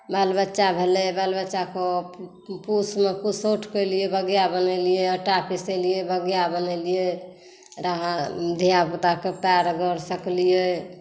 बालबच्चा भेलै बालबच्चा के पुश मे पुसौठ केलियै बगिया बनेलियै अँटा पिसेलियै बगिया बनेलियै धियापुता के पैर गोर सेकलियै